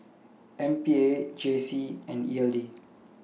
M P A J C and E L D